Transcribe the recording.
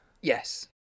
Yes